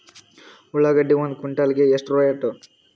ಉಳ್ಳಾಗಡ್ಡಿ ಒಂದು ಕ್ವಿಂಟಾಲ್ ಗೆ ಎಷ್ಟು ರೇಟು?